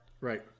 Right